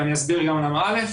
א',